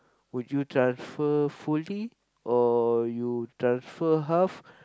would you transfer fully or you transfer half